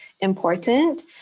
important